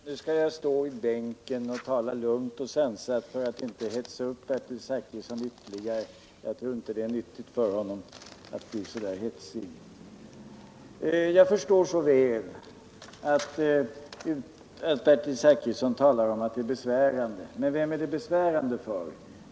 Herr talman! Nu skall jag stå här i bänken och tala lugnt och sansat för att inte hetsa upp Bertil Zachrisson ytterligare! Jag tror inte det är nyttigt för honom att bli så där hetsig. Jag förstår så väl att Bertil Zachrisson tycker att det är besvärande, men vem är det besvärande för?